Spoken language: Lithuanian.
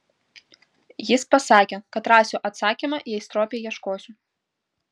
jis pasakė kad rasiu atsakymą jei stropiai ieškosiu